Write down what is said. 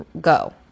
go